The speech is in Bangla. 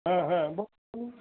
হ্যাঁ হ্যাঁ বলুন